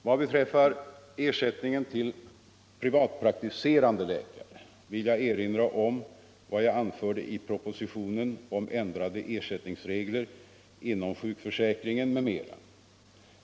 Vad beträffar ersättningen till privatpraktiserande läkare vill jag erinra om vad jag anförde i propositionen om ändrade ersättningsregler inom sjukförsäkringen m.m.